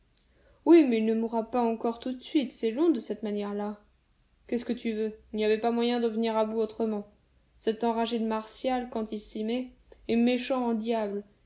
oui mais il ne mourra pas encore tout de suite c'est long de cette manière-là qu'est-ce que tu veux il n'y avait pas moyen d'en venir à bout autrement cet enragé de martial quand il s'y met est méchant en diable